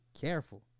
careful